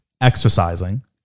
exercising